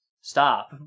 stop